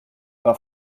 pas